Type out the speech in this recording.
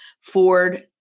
ford